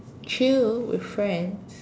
chill with friends